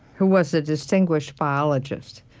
who was a distinguished biologist,